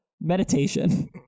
meditation